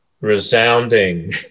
resounding